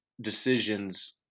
decisions